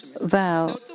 vow